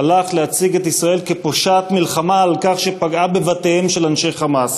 הלך להציג את ישראל כפושעת מלחמה על כך שפגעה בבתיהם של אנשי "חמאס",